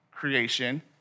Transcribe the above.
creation